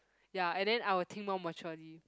ya and then I will think more maturely